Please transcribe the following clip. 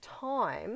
time